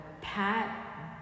Pat